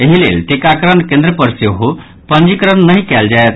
एहि लेल टीकाकरण केन्द्र पर सेहो पंजीकरण नहि कयल जायत